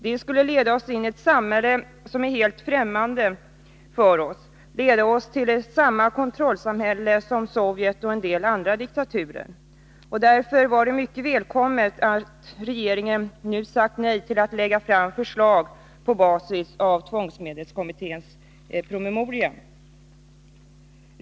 De skulle leda oss in i ett samhälle som är helt främmande för oss, till samma kontrollsamhälle som Sovjet och en del andra diktaturer. Därför var det mycket välkommet att regeringen nu sagt nej till att lägga fram förslag på basis av tvångsmedelskommitténs promemoria.